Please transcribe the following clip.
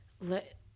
Let